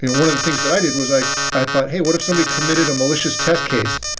one of the things that i did was i i thought, hey, what if somebody committed a malicious test case?